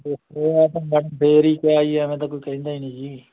ਅਤੇ ਐਂ ਤਾਂ ਮੈਡਮ ਫਿਰ ਹੀ ਕਿਹਾ ਜੀ ਐਵੇਂ ਤਾਂ ਕੋਈ ਕਹਿੰਦਾ ਹੀ ਨਹੀਂ ਜੀ